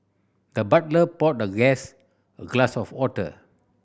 the butler poured the guest a glass of water